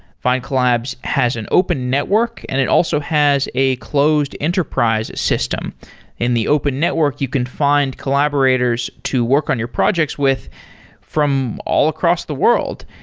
findcollabs has an open network and it also has a closed enterprise system in the open network, you can find collaborators to work on your projects with from all across the world.